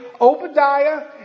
Obadiah